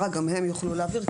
יוכלו להעביר,